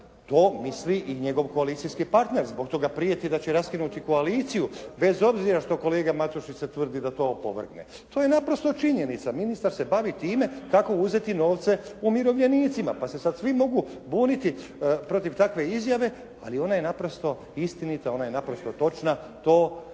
to misli i njegov koalicijski partner. Zbog toga prijeti da će raskinuti koaliciju bez obzira što kolega Matušić se trudi da to opovrgne. To je naprosto činjenica. Ministar se bavi time kako uzeti novce umirovljenicima pa se sad svi mogu buniti protiv takve izjave ali ona je naprosto istinita, ona je naprosto točna. To i